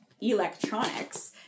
electronics